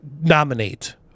nominate